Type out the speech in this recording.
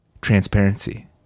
transparency